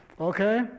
Okay